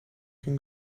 can